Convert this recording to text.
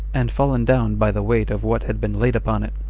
and fallen down by the weight of what had been laid upon it.